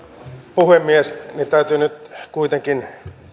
puhemies täytyy nyt kuitenkin